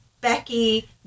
Becky